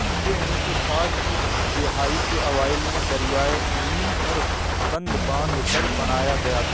اسے انیس سو ساٹھ کی دہائی کے اوائل میں دریائے عمیم پر بند باندھ کر بنایا گیا تھا